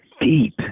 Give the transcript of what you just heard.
deep